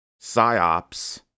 psyops